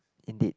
indeed